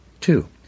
Two